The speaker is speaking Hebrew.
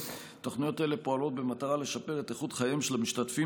תוכניות אלו פועלות במטרה לשפר את איכות חייהם של המשתתפים